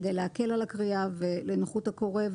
כדי להקל על הקריאה ולנוחות הקורא,